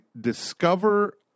discover